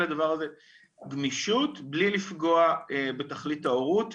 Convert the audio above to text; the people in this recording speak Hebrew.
לדבר הזה גמישות בלי לפגוע בתכלית ההורות.